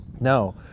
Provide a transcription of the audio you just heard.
No